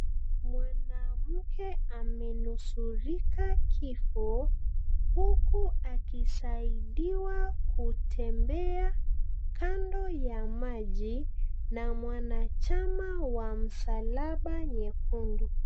Mwanamke amenusurika kifo huku akisaidiwa kutembea kando ya maji na mwanachama wa Msalaba Nyekundu.